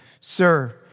Sir